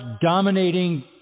dominating